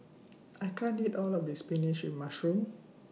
I can't eat All of This Spinach with Mushroom